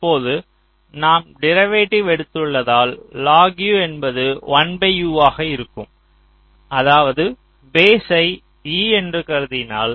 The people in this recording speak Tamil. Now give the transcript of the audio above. இப்போது நாம் தெரிவேடிவ் எடுத்துள்ளதால் என்பது ஆக இருக்கம் அதாவது பேஸ்யை e என்று கருதினால்